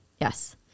yes